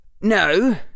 No